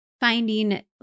finding